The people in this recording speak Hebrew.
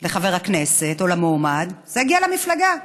לחבר הכנסת או למועמד, זה יגיע למפלגה,